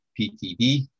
ptd